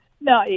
No